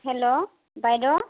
hello বাইদেউ